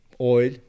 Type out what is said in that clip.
oil